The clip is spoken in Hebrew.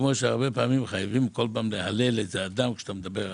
כמו שהרבה פעמים חייבים להלל אדם כשאתה מדבר עליו.